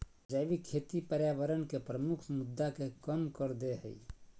जैविक खेती पर्यावरण के प्रमुख मुद्दा के कम कर देय हइ